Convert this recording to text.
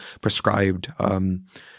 prescribed –